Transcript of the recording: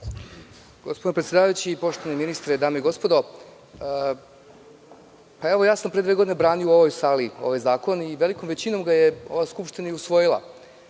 Gospodine predsedavajući, poštovani ministre, dame i gospodo, ja sam pre dve godine branio u ovoj sali ovaj zakon i velikom većinom ga je ova Skupština i usvojila,